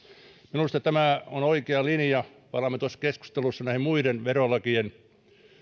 minusta tämä on oikea linja palaamme tuossa keskustelussa näihin muiden verolakien